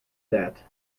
that